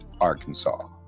Arkansas